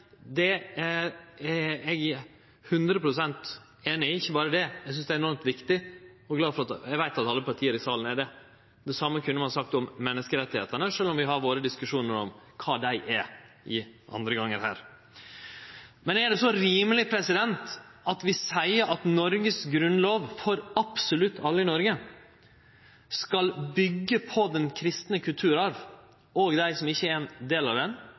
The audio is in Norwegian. Eg synest det er enormt viktig, og eg veit at alle partia i salen synest det. Det same kunne ein ha sagt om menneskerettane, sjølv om vi andre gonger har diskusjonar om kva dei er. Men er det rimeleg å seie at Noregs grunnlov – for absolutt alle i Noreg – skal byggje på den kristne kulturarven, òg for dei som ikkje er ein del av